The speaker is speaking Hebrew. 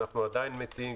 ואנחנו עדיין מציעים.